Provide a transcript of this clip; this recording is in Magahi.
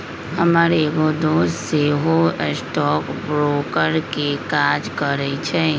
हमर एगो दोस सेहो स्टॉक ब्रोकर के काज करइ छइ